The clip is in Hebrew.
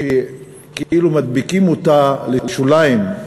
כאילו מדביקים אותה לשוליים,